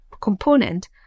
component